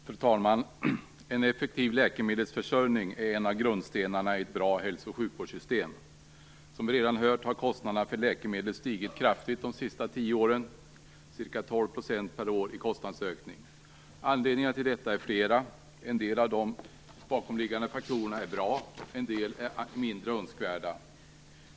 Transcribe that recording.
Fru talman! En effektiv läkemedelsförsörjning är en av grundstenarna i ett bra hälso och sjukvårdssystem. Som vi redan har hört har kostnaderna för läkemedel stigit kraftigt de senaste 10 åren, ca 12 % per år i kostnadsökning. Anledningarna till detta är flera. En del av de bakomliggande faktorerna är bra, andra är mindre önskvärda.